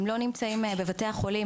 הם לא נמצאים בבתי החולים,